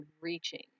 reaching